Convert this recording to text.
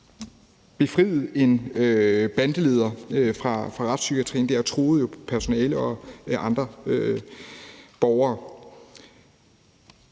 befriede en bandeleder fra retspsykatrien dernede og truede personalet og andre borgere.